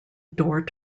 door